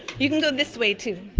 you can go this way, too.